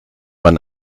man